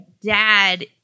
dad